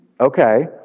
Okay